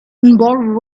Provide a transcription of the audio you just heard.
involved